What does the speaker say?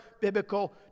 biblical